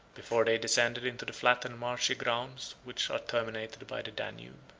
before they descended into the flat and marshy grounds which are terminated by the danube.